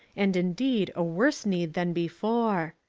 and indeed a worse need than before.